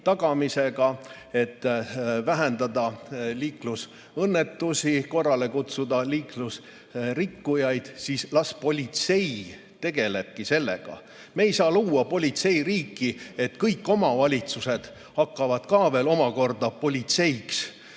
tagamisega, et vähendada liiklusõnnetusi, kutsuda korrale liiklusrikkujaid, siis las politsei tegelebki sellega. Me ei saa luua politseiriiki, kus kõik omavalitsused hakkavad ka veel omakorda politseiks.